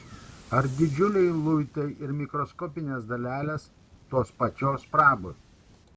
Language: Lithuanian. ar didžiuliai luitai ir mikroskopinės dalelės tos pačios prabos